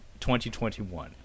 2021